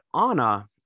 Anna